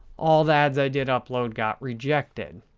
all the ads i did upload got rejected.